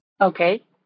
Okay